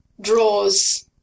draws